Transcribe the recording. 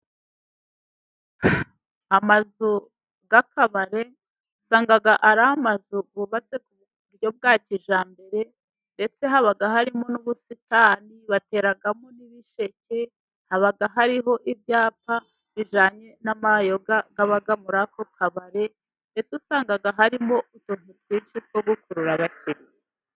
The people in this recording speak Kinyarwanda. Amazu y'akabari usanga ari amazu yubatse ku buryo bwa kijyambere, ndetse haba harimo n'ubusitani bateramo n'ibisheke, haba hariho ibyapa bijyanye n'amayoga aba muri ako kabari. Mbese usanga harimo utuntu twinshi two gukurura abakiriya.